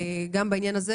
גם בעניין הזה,